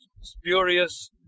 spurious